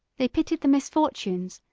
they pitied the misfortunes,